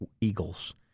eagles